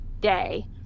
day